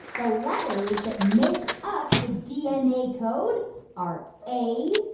the letters that make up the dna code are a,